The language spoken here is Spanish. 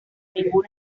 ninguna